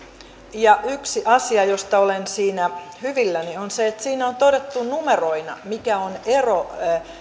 ja yksi asia josta olen siinä hyvilläni on se että siinä on todettu numeroina mikä on ero